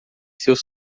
seus